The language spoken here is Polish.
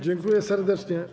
Dziękuję serdecznie.